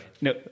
No